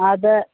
അത്